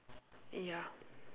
ya